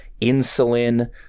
insulin